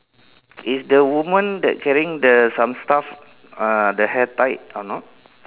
is the woman that carrying the some stuff uh the hair tied or not